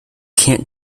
can’t